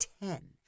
ten